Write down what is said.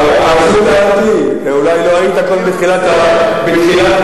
זו טענתי, אולי לא היית פה בתחילת דברי.